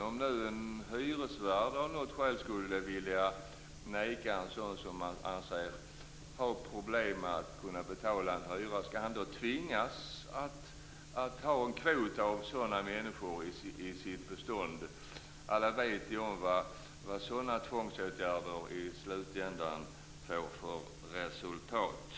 Om hyresvärdar av något skäl skulle vilja neka en person som de anser kan få problem att betala hyran, skall de då tvingas att ha en kvot av sådana personer i sitt bestånd? Alla vet ju vad sådana tvångsåtgärder får för resultat i slutändan.